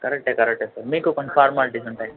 కరెక్టే కరెక్టే సార్ మీకు కొన్ని ఫార్మాలిటీస్ ఉంటాయి